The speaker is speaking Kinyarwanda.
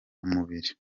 umubiri